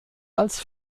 als